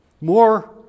More